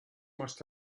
must